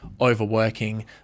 overworking